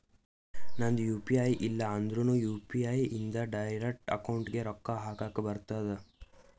ನಂದ್ U P I ಇಲ್ಲ ಅಂದುರ್ನು ಯು.ಪಿ.ಐ ಇಂದ್ ಡೈರೆಕ್ಟ್ ಅಕೌಂಟ್ಗ್ ರೊಕ್ಕಾ ಹಕ್ಲಕ್ ಬರ್ತುದ್